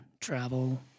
travel